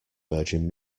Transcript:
virgin